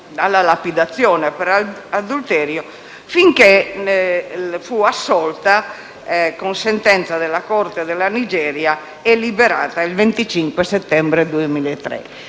alla lapidazione per adulterio, finché fu assolta con sentenza della Corte della Nigeria e liberata il 25 settembre 2003.